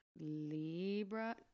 Libra